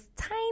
tiny